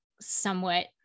somewhat